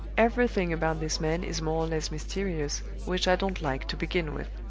everything about this man is more or less mysterious, which i don't like, to begin with.